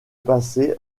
passé